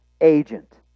agent